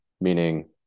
meaning